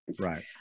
Right